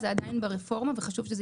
זה עדיין ברפורמה וחשוב שזה